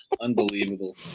Unbelievable